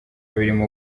birimo